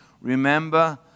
Remember